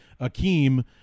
akeem